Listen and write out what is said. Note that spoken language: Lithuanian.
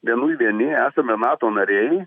vienui vieni esame nato nariai